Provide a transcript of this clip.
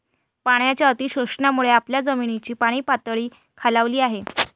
पाण्याच्या अतिशोषणामुळे आपल्या जमिनीची पाणीपातळी खालावली आहे